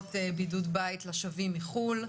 שמחייבות בידוד בית לשבים מחו"ל,